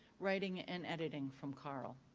writing, and editing from carl.